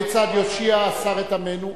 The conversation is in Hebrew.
כיצד יושיע השר את עמנו,